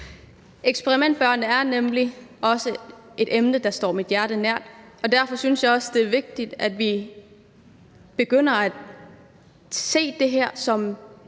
Eksperimentbørnene er nemlig også et emne, der står mit hjerte nær, og derfor synes jeg også, det er vigtigt, at vi begynder at se det her som